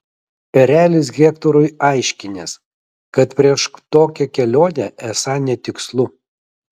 erelis hektorui aiškinęs kad prieš tokią kelionę esą netikslu